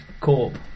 Corp